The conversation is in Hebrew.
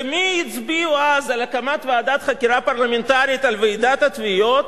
ומי הצביעו אז על הקמת ועדת חקירה פרלמנטרית על ועידת התביעות?